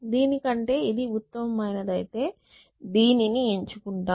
దీని కంటే ఇది ఉత్తమమైనదైతే దీనిని ఎంచుకుంటాం